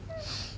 mm